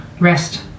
rest